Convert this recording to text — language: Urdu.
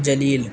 جلیل